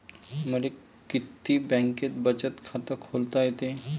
मले किती बँकेत बचत खात खोलता येते?